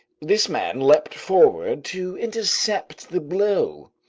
this man leaped forward to intercept the blow.